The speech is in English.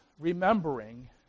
Remembering